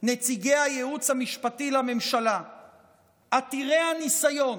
נציגי הייעוץ המשפטי לממשלה עתירי הניסיון,